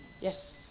Yes